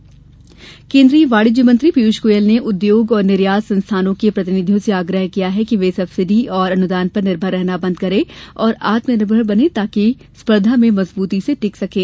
मंत्री गोयल केन्द्रीय वाणिज्य मंत्री पियूष गोयल ने उद्योग और निर्यात संस्थानों के प्रतिनिधियों से आग्रह किया है कि वे सब्सिडी और अनुदान पर निर्भर रहना बंद करे और आत्मनिर्भर बने ताकि स्पर्धा में मजबूती से टीके रह सकें